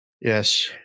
Yes